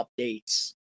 updates